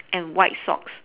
and white socks